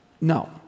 No